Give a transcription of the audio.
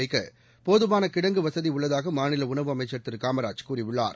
வைக்க போதுமான கிடங்கு வசதி உள்ளதாக மாநில உணவு அமைச்சள் திரு காமராஜ் கூறியுள்ளார்